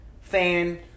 fan